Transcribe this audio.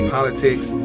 Politics